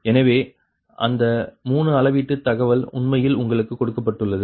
எனவே அந்த 3 அளவீட்டு தகவல் உண்மையில் உங்களுக்கு கொடுக்கப்பட்டுள்ளது